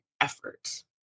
efforts